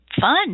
fun